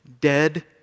Dead